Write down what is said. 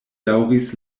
daŭris